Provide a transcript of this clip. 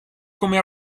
come